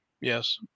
yes